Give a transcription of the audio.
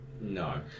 No